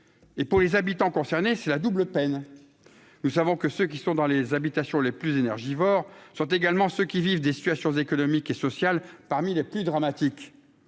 et pour les habitants concernés, c'est la double peine, nous savons que ceux qui sont dans les habitations les plus énergivores sont également ceux qui vivent des situations économiques et sociales parmi les plus dramatiques,